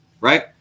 right